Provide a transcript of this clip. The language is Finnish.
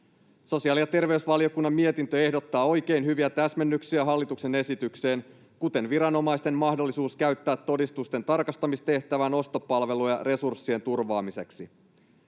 Sosiaali- ja terveysvaliokunnan mietintö ehdottaa oikein hyviä täsmennyksiä hallituksen esitykseen, kuten viranomaisten mahdollisuutta käyttää todistusten tarkastamistehtävään ostopalveluja resurssien turvaamiseksi.